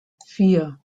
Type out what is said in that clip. vier